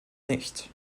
nicht